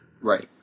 Right